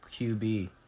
QB